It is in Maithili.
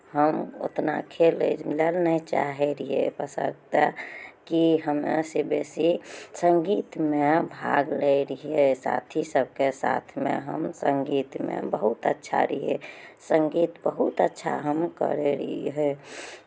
हम उतना खेलै लए नहि चाहै रहियै बशर्ते की हमरा से बेसी सङ्गीतमे भाग लै रहियै साथी सभके साथमे हम सङ्गीतमे बहुत अच्छा रहियै सङ्गीत बहुत अच्छा हम करै रहियै